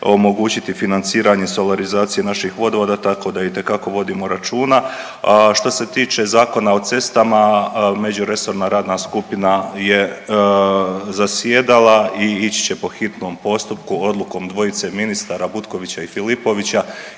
omogućiti financiranje solarizacije naših vodovoda, tako da itekako vodimo računa. A što se tiče Zakona o cestama međuresorna radna skupina je zasjedala i ići će po hitnom postupku odlukom dvojice ministara Butkovića i Filipovića,